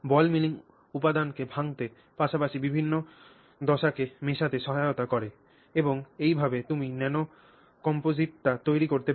বল milling উপাদানকে ভাঙ্গতে পাশাপাশি বিভিন্ন দশাকে মেশাতে সহায়তা করে এবং এইভাবে তুমি ন্যানোকম্পোজিটটি তৈরি করতে পার